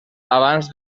abans